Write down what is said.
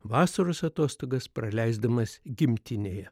vasaros atostogas praleisdamas gimtinėje